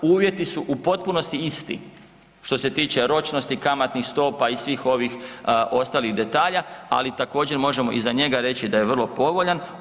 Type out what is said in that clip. Uvjeti su u potpunosti isti što se tiče ročnosti, kamatnih stopa i svih ovih ostalih detalja, ali također možemo i za njega reći da je vrlo povoljan.